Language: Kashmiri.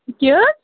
کیٛاہ حظ